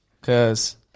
Cause